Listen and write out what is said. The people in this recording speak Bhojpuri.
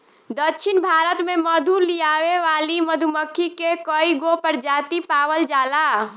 दक्षिण भारत में मधु लियावे वाली मधुमक्खी के कईगो प्रजाति पावल जाला